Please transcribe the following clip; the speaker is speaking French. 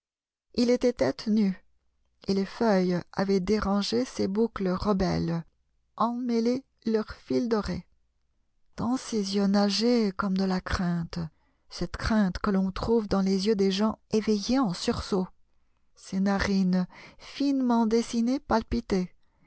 il était tête nue et les feuilles avaient dérangé ses boucles rebelles emmêlé leurs fils dorés dans ses yeux nageait comme de la crainte cette crainte que l'on trouve dans les yeux des gens éveillés en sursaut ses narines finement dessinées palpitaient